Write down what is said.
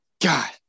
God